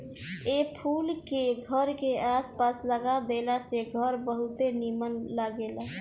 ए फूल के घर के आस पास लगा देला से घर बहुते निमन लागेला